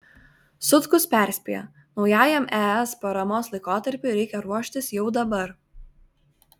sutkus perspėja naujajam es paramos laikotarpiui reikia ruoštis jau dabar